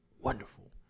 wonderful